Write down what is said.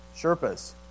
Sherpas